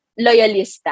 loyalista